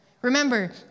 Remember